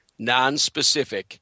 nonspecific